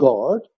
God